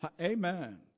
Amen